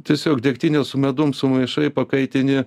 tiesiog degtinę su medum sumaišai pakaitini